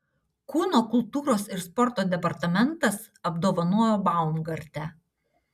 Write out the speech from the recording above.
kūno kultūros ir sporto departamentas apdovanojo baumgartę